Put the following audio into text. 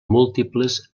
múltiples